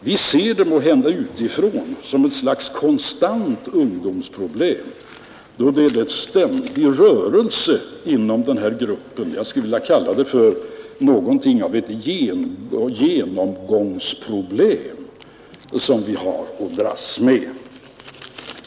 Vi ser det måhända utifrån som ett konstant ungdomsproblem, men det sker en ständig rörelse inom gruppen. Jag skulle vilja säga att det är något av ett genomgångsproblem som vi har att dras med.